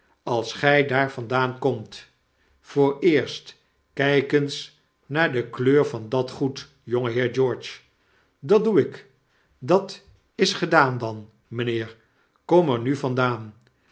als gij daar vandaan komt vooreerst kp eens naar de kleur van dat goed jongeheer george dat doe ik dat s gedaan dan meneer kom er nu vandaan